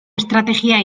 estrategia